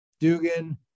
Dugan